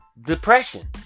depression